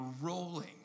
rolling